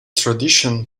tradition